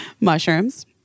mushrooms